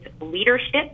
leadership